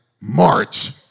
March